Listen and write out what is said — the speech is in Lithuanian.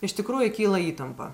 iš tikrųjų kyla įtampa